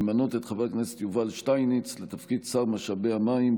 6. למנות את חבר הכנסת יובל שטייניץ לתפקיד שר משאבי המים,